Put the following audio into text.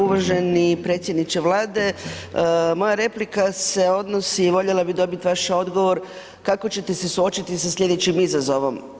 Uvaženi predsjedniče Vlade moja replika se odnosi i voljela bih dobiti vaš odgovor kako ćete se suočiti sa slijedećim izazovom.